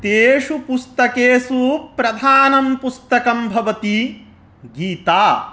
तेषु पुस्तकेषु प्रधानं पुस्तकं भवति गीता